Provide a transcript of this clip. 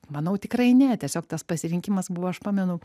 manau tikrai ne tiesiog tas pasirinkimas buvo aš pamenu